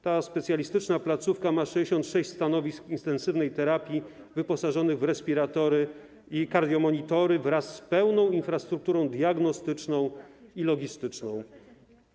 Ta specjalistyczna placówka ma 66 stanowisk intensywnej terapii wyposażonych w respiratory i kardiomonitory wraz z pełną infrastrukturą diagnostyczną i logistyczną.